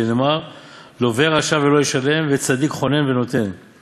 שנאמר 'לוה רשע ולא ישלם וצדיק חונן ונותן';